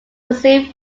receive